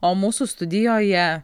o mūsų studijoje